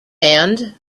and